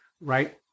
right